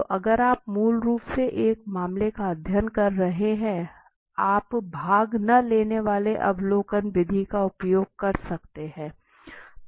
तो अगर आप मूल रूप से एक मामले का अध्ययन कर रहे हैं आप भाग न लेने वाले अवलोकन विधि का उपयोग कर सकते हैं